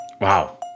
Wow